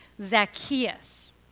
Zacchaeus